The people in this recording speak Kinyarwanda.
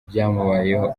byamubayeho